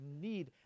need